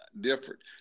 different